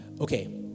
Okay